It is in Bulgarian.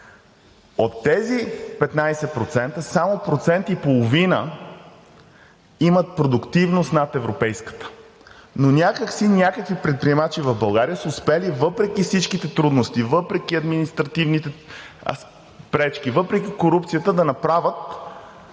От тези 15% само процент и половина имат продуктивност над европейската. Но някак си някакви предприемачи в България са успели, въпреки всичките трудности, въпреки административните пречки, въпреки корупцията, да направят